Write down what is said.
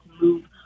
move